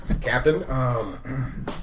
Captain